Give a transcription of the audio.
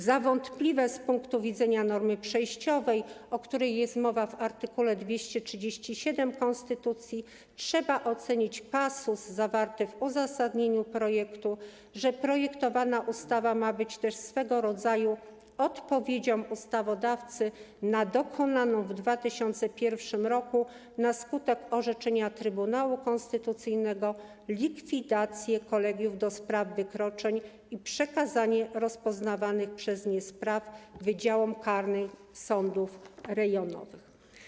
Za wątpliwy z punktu widzenia normy przejściowej, o której jest mowa w art. 237 konstytucji, trzeba ocenić zawarty w uzasadnieniu projektu passus mówiący, że projektowana ustawa ma być też swego rodzaju odpowiedzią ustawodawcy na dokonaną w 2001 r. na skutek orzeczenia Trybunału Konstytucyjnego likwidację kolegiów do spraw wykroczeń i przekazanie rozpoznawanych przez nie spraw wydziałom karnym sądów rejonowych.